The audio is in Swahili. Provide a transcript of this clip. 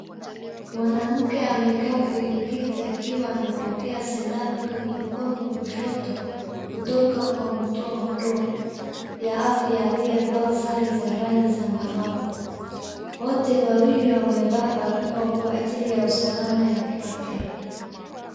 Mwamke amekaa kwenye kiti akiwa anapokea sindano kwenye mkono wa kushoto kutoka kwa mtoa huduma ya afya aliyevaa sare za rangi zambarau. Wote wawili wamevaa barakoa kwa ajili ya usalama ya kiafya.